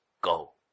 go